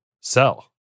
sell